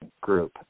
group